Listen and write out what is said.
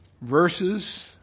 verses